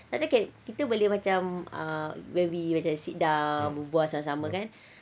then again kita boleh macam ah when we ah macam sit down berbual sama-sama kan